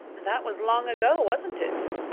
that was long ago, wasn't it?